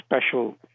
special